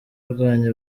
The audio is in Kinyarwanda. urwanya